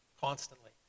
constantly